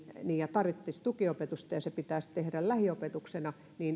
tarvitsisivat tukiopetusta ja se pitäisi tehdä lähiopetuksena ei ollut